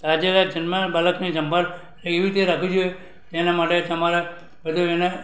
તાજેતરમાં જન્મેલાં બાળકની સંભાળ એવી રીતે રાખવી જોઈએ તેના માટે તમારે બધું એને